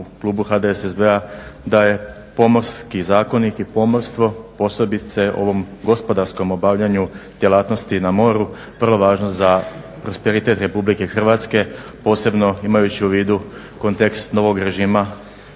HDSSB-a da je Pomorski zakonik i pomorstvo posebice ovom gospodarskom obavljanju djelatnosti na moru, vrlo važno za prosperitet RH, posebno imajući u vidu kontekst novog režima